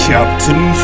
Captain